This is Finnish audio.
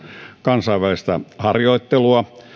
kansainvälistä harjoittelua